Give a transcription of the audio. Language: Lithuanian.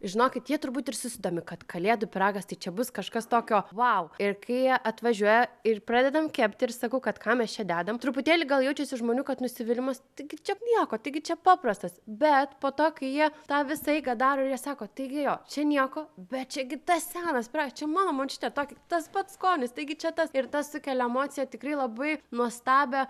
žinokit jie turbūt ir susidomi kad kalėdų pyragas tai čia bus kažkas tokio vau ir kai jie atvažiuoja ir pradedam kepti ir sakau kad ką mes čia dedam truputėlį gal jaučiasi žmonių kad nusivylimas taigi čia nieko taigi čia paprastas bet po to kai jie tą visą eigą daro ir jie sako tai gi jo čia nieko bet čia gi tas senas pyragas čia mano močiutė tokį tas pats skonis taigi čia tas ir tas sukelia emociją tikrai labai nuostabią